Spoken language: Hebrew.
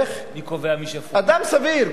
אדם סביר.